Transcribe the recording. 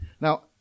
Now